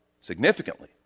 significantly